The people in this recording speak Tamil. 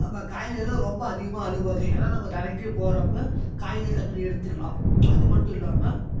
நம்ம காய்கறிலாம் ரொம்ப அதிகமாக அழுகாது ஏன்னா நம்ம தினைக்கும் போகிறப்ப காய்கறி டக்குனு எடுத்துக்கலாம் அதுமட்டும் இல்லாமல்